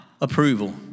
approval